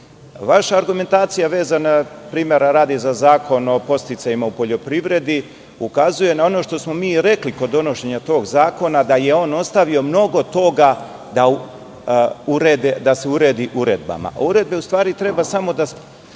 argumentacija vezana, primera radi, za Zakon o podsticajima u poljoprivredi ukazuje na ono što smo mi rekli kod donošenja tog zakona, da je on ostavio mnogo toga da se uredi uredbama, a uredbe u stvari treba da